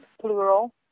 plural